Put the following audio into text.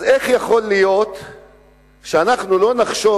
אז איך יכול להיות שאנחנו לא נחשוב